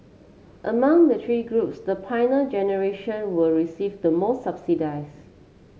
among the three groups the Pioneer Generation were receive the more subsidies